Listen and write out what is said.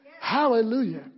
Hallelujah